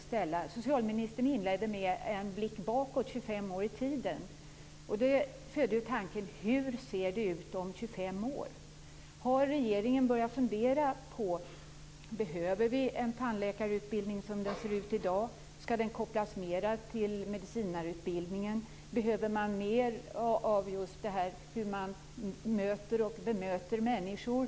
Socialministern inledde med en tillbakablick 25 år i tiden. Det föder ju tanken hur det kommer att se ut om 25 år. Har regeringen börjat fundera på om vi behöver en tandläkarutbildning som den ser ut i dag? Skall den kopplas mer till medicinarutbildningen? Skall den innehålla mer av hur man möter och bemöter människor?